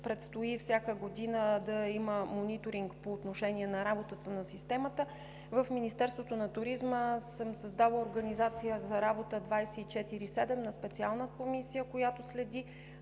предстои всяка година да има мониторинг по отношение на работата на системата. В Министерството на туризма съм създала организация за работа на специална комисия за 24/7, която следи